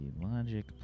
Logic